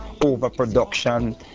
overproduction